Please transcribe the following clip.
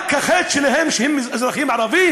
רק החטא שלהם שהם אזרחים ערבים?